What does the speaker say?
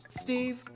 steve